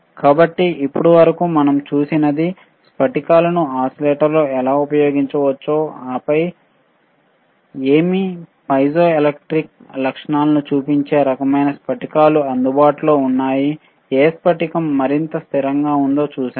కాబట్టి ఇప్పటి వరకు మనం చూసినది స్ఫటికాలను ఓసిలేటర్లో ఎలా ఉపయోగించవచ్చో ఆపై ఏమి పైజోఎలెక్ట్రిక్ లక్షణాలను చూపించే రకమైన స్ఫటికాలు అందుబాటులో ఉన్నాయి ఏ స్ఫటికo మరింత స్థిరంగా ఉందో చూశాము